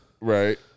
Right